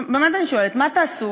באמת אני שואלת, מה תעשו?